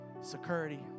Security